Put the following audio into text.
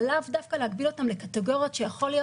אבל לאו דווקא להגביל אותם לקטגוריות שיכול להיות